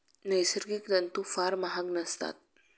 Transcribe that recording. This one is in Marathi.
नैसर्गिक तंतू फार महाग नसतात